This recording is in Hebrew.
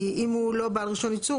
כי אם הוא לא בעל רישיון ייצור,